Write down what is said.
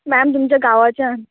ma'am तुमच्या गांवाच्यान